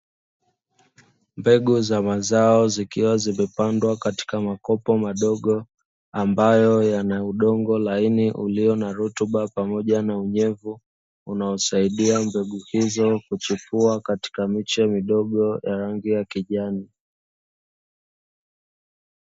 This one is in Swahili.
Mbegu za mazao zikiwa zimepandwa katika makopo madogo ambayo yana udongo laini, ulio na rutuba pamoja na unyevu unaosaidia mbegu hizo kuchukua katika miche midogo ya rangi ya kijani.